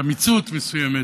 חמיצות מסוימת: